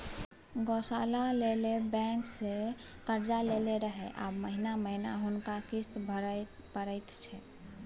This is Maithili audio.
गौशाला लेल बैंकसँ कर्जा लेने रहय आब महिना महिना हुनका किस्त भरय परैत छै